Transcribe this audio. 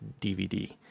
dvd